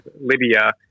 Libya